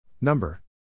number